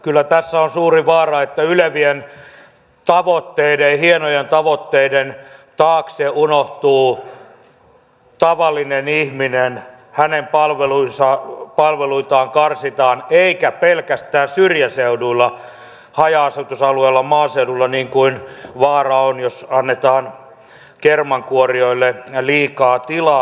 kyllä tässä on suuri vaara että ylevien ja hienojen tavoitteiden taakse unohtuu tavallinen ihminen hänen palveluitaan karsitaan eikä pelkästään syrjäseuduilla haja asutusalueella maaseudulla niin kuin vaara on jos annetaan kermankuorijoille liikaa tilaa